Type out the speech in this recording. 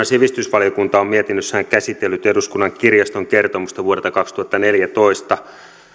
sivistysvaliokunta on mietinnössään käsitellyt eduskunnan kirjaston kertomusta vuodelta kaksituhattaneljätoista